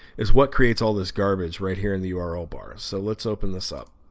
is what creates all this garbage right here in the url bar so let's open this up